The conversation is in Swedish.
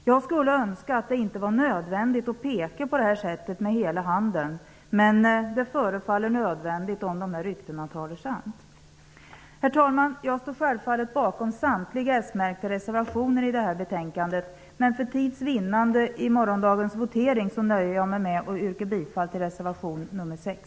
Jag skulle önska att det inte var nödvändigt att peka med hela handen på det här sättet, men det förefaller nödvändigt om dessa rykten talar sanning. Herr talman! Jag står självklart bakom samtliga smärkta reservationer till det här betänkandet, men för tids vinnande i voteringen nöjer jag mig med att yrka bifall till reservation nr 6.